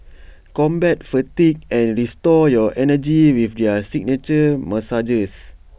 combat fatigue and restore your energy with their signature massages